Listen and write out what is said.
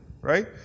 right